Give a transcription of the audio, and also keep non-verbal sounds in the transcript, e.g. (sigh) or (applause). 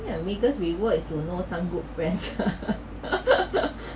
my biggest reward is to know some good friends (laughs)